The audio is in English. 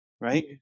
right